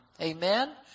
Amen